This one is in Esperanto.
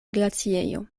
glaciejo